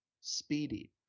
speedy